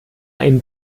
ein